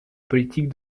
politique